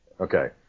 Okay